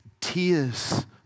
tears